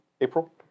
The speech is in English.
April